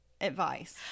advice